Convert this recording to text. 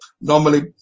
normally